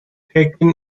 taken